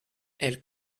elle